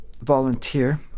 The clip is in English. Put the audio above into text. volunteer